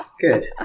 Good